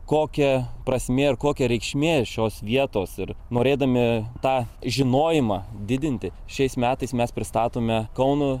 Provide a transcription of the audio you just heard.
kokia prasmė ir kokia reikšmė šios vietos ir norėdami tą žinojimą didinti šiais metais mes pristatome kauno